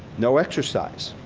no exercise.